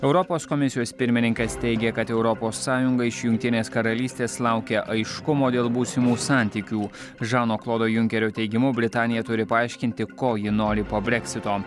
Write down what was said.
europos komisijos pirmininkas teigė kad europos sąjunga iš jungtinės karalystės laukia aiškumo dėl būsimų santykių žano klodo junkerio teigimu britanija turi paaiškinti ko ji nori po breksito